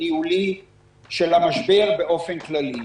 ניהולי של המשבר באופן כללי,